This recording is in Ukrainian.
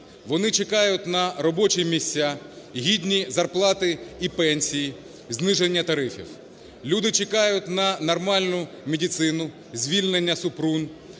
Вони чекають на робочі місця, гідні зарплати і пенсії, зниження тарифів. Люди чекають на нормальну медицину, звільнення Супрун